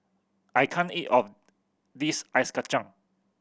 I can't eat of this ice kacang